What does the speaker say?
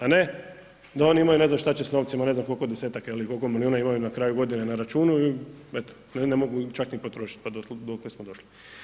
A ne da oni imaju ne znaju šta će s novcima, ne znam koliko desetaka ili koliko milijuna imaju na kraju godine na računu i eto ne mogu čak ni potrošiti pa dokle smo došli.